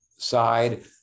Side